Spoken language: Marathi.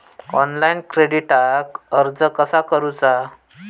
ऑनलाइन क्रेडिटाक अर्ज कसा करुचा?